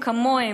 כמוהם,